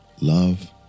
Love